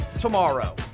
tomorrow